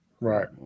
Right